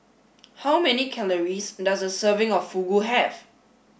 how many calories does a serving of Fugu have